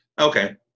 okay